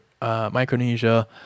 Micronesia